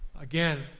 Again